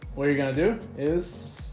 what you're gonna do is